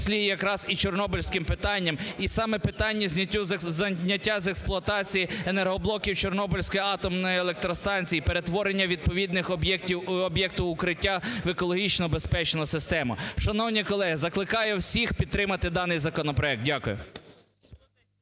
Шановні колеги, закликаю всіх підтримати даний законопроект. Дякую.